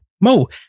Mo